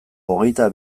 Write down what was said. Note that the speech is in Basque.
hogeita